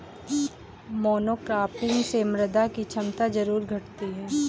monocropping से मृदा की क्षमता जरूर घटती है